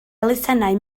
elusennau